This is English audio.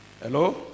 Hello